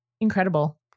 incredible